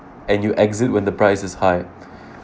and you exit when the price is high